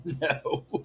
No